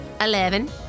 eleven